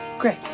Great